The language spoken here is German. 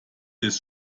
des